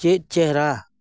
ᱪᱮᱫ ᱪᱮᱦᱨᱟ